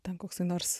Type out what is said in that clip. ten koksai nors